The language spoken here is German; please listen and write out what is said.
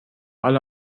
alle